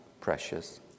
precious